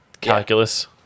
calculus